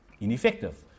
ineffective